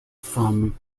from